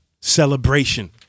celebration